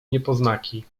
niepoznaki